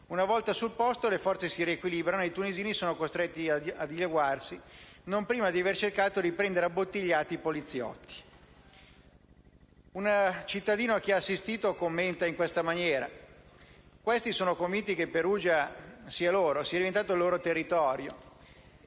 una volta sul posto, le forze si riequilibrano e i tunisini sono costretti a dileguarsi non prima di aver cercato di prendere a bottigliate i poliziotti». Un cittadino che ha assistito commenta in questa maniera: «Questi sono convinti che Perugia sia la loro, che sia il loro territorio».